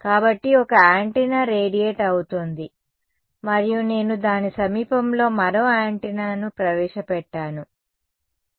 కాబట్టి ఒక antenna radiate అవుతోంది మరియు నేను దాని సమీపంలో మరో యాంటెన్నాను ప్రవేశపెట్టాను సరే